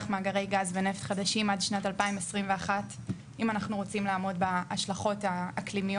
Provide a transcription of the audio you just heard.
מאגרי גז ונפט חדשים עד שנת 2021 אם אנחנו רוצים לעמוד בהשלכות האקלימיות.